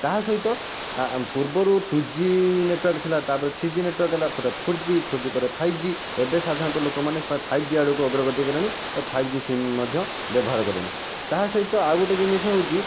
ତା'ସହିତ ପୂର୍ବରୁ two G network ଥିଲା ତା'ପରେ ଥ୍ରୀ ଜି ନେଟ୍ୱାର୍କ ହେଲା ପରେ ଫୋର୍ ଜି ଫୋର୍ ଜି ପରେ ଫାଇଭ୍ ଜି ଏବେ ସାଧାରଣତଃ ଲୋକମାନେ ଫାଇଭ୍ ଜି ଆଡକୁ ଅଗ୍ରଗତି କଲେଣି ଓ ଫାଇଭ୍ ଜି ସିମ୍ ମଧ୍ୟ ବ୍ୟବହାର କଲେଣି ତାହା ସହିତ ଆଉ ଗୋଟେ ଜିନିଷ ହେଉଛି